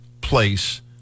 place